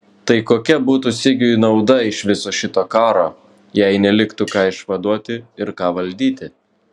tai kokia būtų sigiui nauda iš viso šito karo jei neliktų ką išvaduoti ir ką valdyti